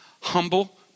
Humble